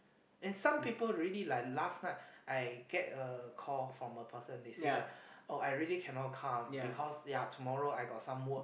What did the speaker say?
and some people really lah last night I get a call from a person they say that oh I really cannot come because ya tomorrow I got some work